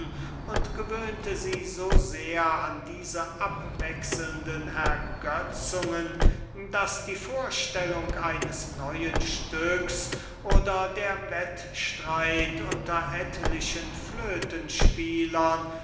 und gewöhnte sie so sehr an diese abwechselnden ergötzungen daß die vorstellung eines neuen stücks oder der wettstreit unter etlichen